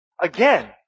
Again